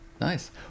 Nice